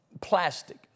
plastic